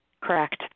Correct